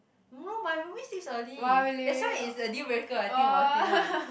no my roomie sleeps early that's why it's a dealbreaker I think about it right